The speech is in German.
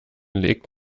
legt